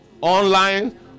online